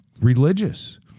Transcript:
religious